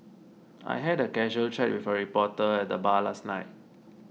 I had a casual chat with a reporter at the bar last night